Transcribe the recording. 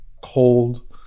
Cold